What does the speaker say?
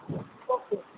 okay